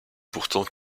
pourtant